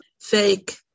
fake